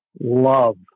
love